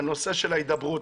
הנושא של ההידברות.